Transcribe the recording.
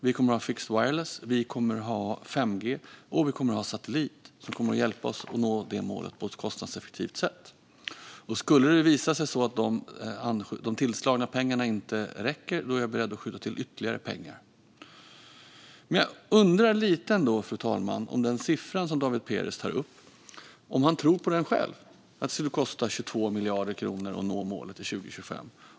Vi kommer att ha fixed wireless, vi kommer att ha 5G och vi kommer att ha satellit som kommer att hjälpa oss att nå det målet på ett kostnadseffektivt sätt. Skulle det visa sig att de tillskjutna pengarna inte räcker är jag beredd att skjuta till ytterligare pengar. Men jag undrar lite ändå, fru talman, om David Perez själv tror på den siffra som han tar upp, nämligen att det skulle kosta 22 miljarder kronor att nå målet till 2025.